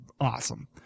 awesome